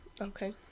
Okay